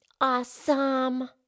Awesome